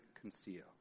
conceal